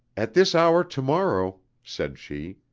at this hour tomorrow, said she,